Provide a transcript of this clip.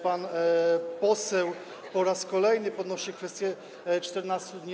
Pan poseł po raz kolejny podnosi kwestię 14 dni.